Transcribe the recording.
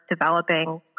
developing